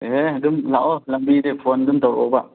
ꯑꯦ ꯑꯗꯨꯝ ꯂꯥꯛꯑꯣ ꯂꯝꯕꯤꯗꯒꯤ ꯐꯣꯟ ꯑꯗꯨꯝ ꯇꯧꯔꯛꯑꯣꯕ